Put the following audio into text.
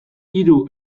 hiru